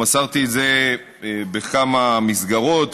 מסרתי את זה בכמה מסגרות,